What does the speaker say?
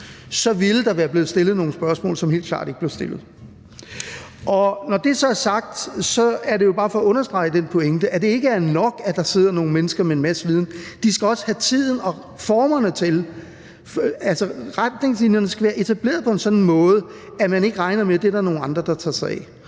så ville der være blevet stillet nogle spørgsmål, som helt klart ikke blev stillet. Når det så er sagt, er det jo bare for at understrege den pointe, at det ikke er nok, at der sidder nogle mennesker med en masse viden. De skal også have tiden og formen til det, altså at retningslinjerne skal være etableret på en sådan måde, at man ikke regner med, at der er der nogle andre, der tager sig af.